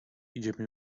idziemy